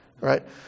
right